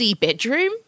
bedroom